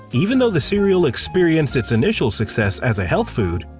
even though the cereal experienced its initial success as a health food,